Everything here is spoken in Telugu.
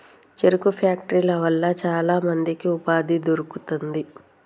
చెరుకు ఫ్యాక్టరీల వల్ల చాల మందికి ఉపాధి దొరుకుతాంది